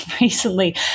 recently